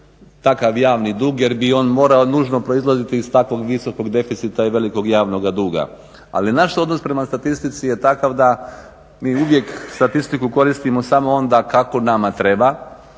takav javni dug jer bi on morao nužno proizlaziti iz takvog visokog deficita i velikog javnoga duga. Ali naš odnos prema statistici je takav da mi uvijek statistiku koristimo samo onda kako nama treba